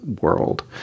world